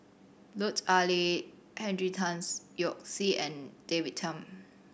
Lut Ali Henry Tan Yoke See and David Tham